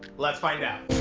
let's find out